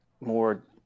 more